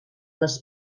les